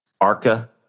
ARCA